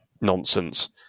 nonsense